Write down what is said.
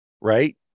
right